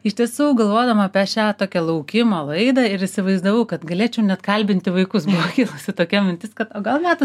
iš tiesų galvodama apie šią tokią laukimo laidą ir įsivaizdavau kad galėčiau net kalbinti vaikus buvo kilusi tokia mintis o kad gal metas